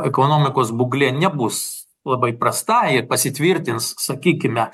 ekonomikos būklė nebus labai prasta ir pasitvirtins sakykime